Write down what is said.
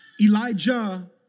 Elijah